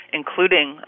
including